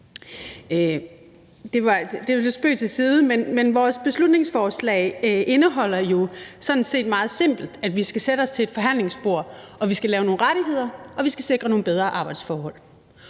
os – sagt lidt i spøg. Men vores beslutningsforslag indeholder jo sådan set meget simpelt, at vi skal sætte os til et forhandlingsbord, at vi skal lave nogle rettigheder, og at vi skal sikre nogle bedre arbejdsforhold,